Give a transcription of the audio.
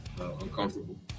uncomfortable